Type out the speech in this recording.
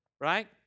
right